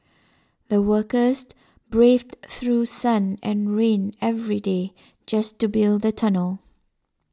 the workers braved through sun and rain every day just to build the tunnel